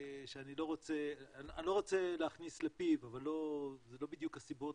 שאני לא רוצה להכניס לפיו, אבל זה לא בדיוק הסיבות